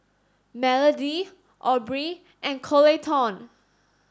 Melody Aubree and Coleton